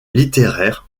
littéraires